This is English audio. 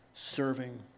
Serving